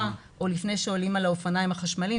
או לפני שעולים על האופניים החשמליים,